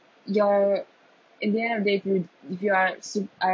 you're in there and that you if you are